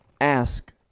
ask